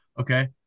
Okay